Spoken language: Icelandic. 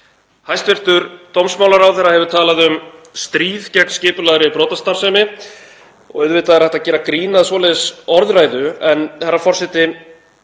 Hæstv. dómsmálaráðherra hefur talað um stríð gegn skipulagðri brotastarfsemi og auðvitað er hægt að gera grín að svoleiðis orðræðu. En, herra forseti,